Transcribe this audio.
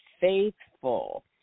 faithful